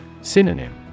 Synonym